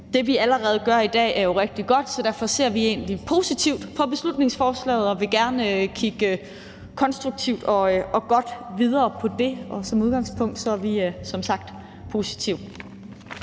Det, vi allerede gør i dag, er jo rigtig godt, så derfor ser vi egentlig positivt på beslutningsforslaget og vil gerne kigge konstruktivt og godt videre på det, og som udgangspunkt er vi som sagt positive.